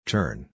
Turn